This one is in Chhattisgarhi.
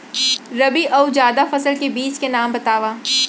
रबि अऊ जादा फसल के बीज के नाम बताव?